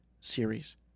series